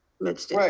Right